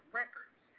records